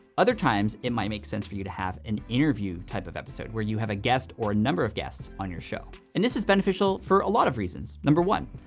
other times, it might make sense for you to have an interview type of episode, where you have a guest or number of guests on your show. and this is beneficial for a lot of reasons. number one,